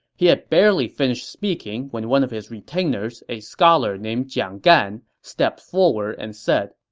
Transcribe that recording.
he had barely finished speaking when one of his retainers, a scholar named jiang gan, stepped forward and said,